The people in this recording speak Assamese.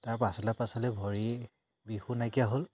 তাৰ পাছলে পাছলে ভৰিৰ বিষো নাইকিয়া হ'ল